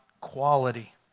quality